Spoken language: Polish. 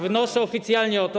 Wnoszę oficjalnie o to.